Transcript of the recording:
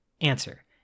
Answer